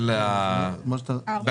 ה-11.